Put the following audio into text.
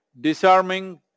disarming